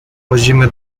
włazimy